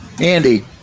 Andy